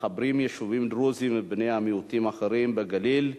וכבישים המחברים יישובים של דרוזים ובני מיעוטים אחרים בגליל,